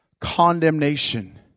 Condemnation